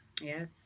Yes